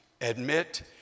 admit